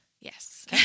Yes